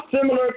similar